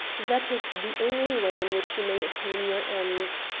that is the only way in which you may attain your ends.